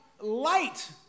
light